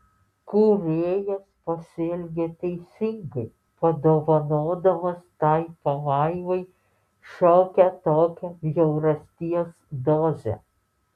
kūrėjas pasielgė teisingai padovanodamas tai pamaivai šiokią tokią bjaurasties dozę